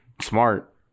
Smart